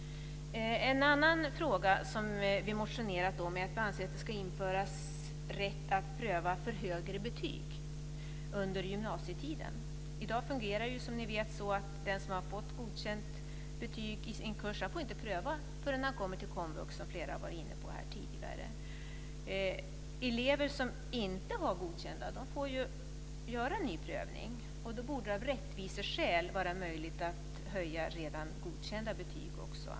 En annan fråga som vi har motionerat om är att det ska införas rätt att pröva för högre betyg under gymnasietiden. I dag fungerar det, som ni vet, så att den som har fått godkänt betyg i en kurs inte får pröva förrän han kommer till komvux. Flera har varit inne på det tidigare. Elever som inte har godkända betyg får ju göra en ny prövning, och då borde det av rättviseskäl vara möjligt att också höja redan godkända betyg.